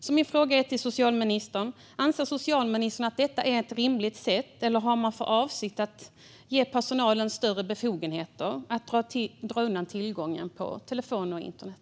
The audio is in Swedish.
Min fråga till socialministern är därför: Anser socialministern att detta är rimligt, eller har man för avsikt att ge personalen större befogenheter att dra in tillgången till telefoner och internet?